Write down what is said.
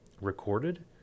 recorded